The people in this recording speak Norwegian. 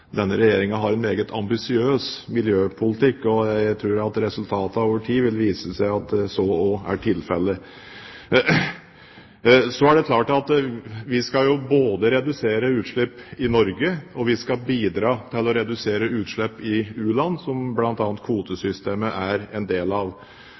denne regjeringen har en meget ambisiøs miljøpolitikk, og jeg tror at resultatene over tid vil vise at så også er tilfellet. Vi skal jo både redusere utslipp i Norge og bidra til å redusere utslipp i u-land, noe bl.a. kvotesystemet er en del av. Det jeg refererte til om diskusjonen som